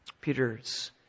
Peter's